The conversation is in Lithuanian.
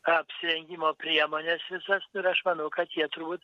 apsirengimo priemones visas ir aš manau kad jie turbūt